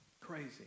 Crazy